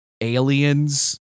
aliens